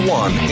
one